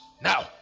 Now